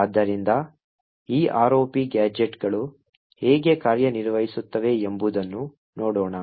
ಆದ್ದರಿಂದ ಈ ROP ಗ್ಯಾಜೆಟ್ಗಳು ಹೇಗೆ ಕಾರ್ಯನಿರ್ವಹಿಸುತ್ತವೆ ಎಂಬುದನ್ನು ನೋಡೋಣ